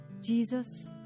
Jesus